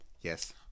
Yes